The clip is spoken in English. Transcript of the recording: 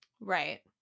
right